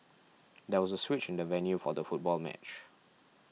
there was a switch in the venue for the football match